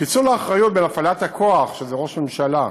פיצול האחריות בין הפעלת הכוח, שזה ראש ממשלה,